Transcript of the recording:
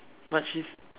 but she